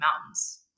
mountains